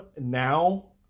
now